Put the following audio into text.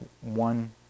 one